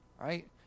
Right